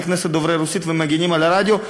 חברי כנסת דוברי רוסית ומגינים על הרדיו,